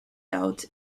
out